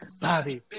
Bobby